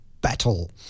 Battle